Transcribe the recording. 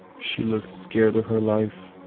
she looked scared for her life.